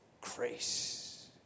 grace